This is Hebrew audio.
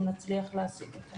אם נצליח לעשות זה.